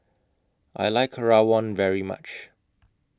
I like Rawon very much